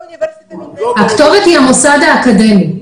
הכתובת היא המוסד האקדמי.